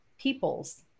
peoples